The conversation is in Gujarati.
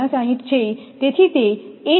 2859 છે